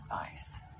advice